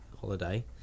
holiday